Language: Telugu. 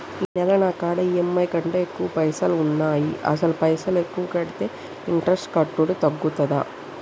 ఈ నెల నా కాడా ఈ.ఎమ్.ఐ కంటే ఎక్కువ పైసల్ ఉన్నాయి అసలు పైసల్ ఎక్కువ కడితే ఇంట్రెస్ట్ కట్టుడు తగ్గుతదా?